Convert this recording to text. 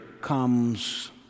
comes